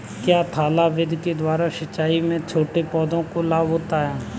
क्या थाला विधि के द्वारा सिंचाई से छोटे पौधों को लाभ होता है?